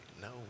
No